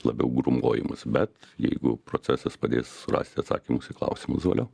labiau grūmojimas bet jeigu procesas padės surasti atsakymus į klausimus valio